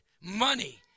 money